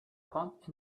pot